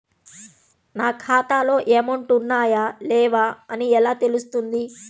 నా ఖాతాలో అమౌంట్ ఉన్నాయా లేవా అని ఎలా తెలుస్తుంది?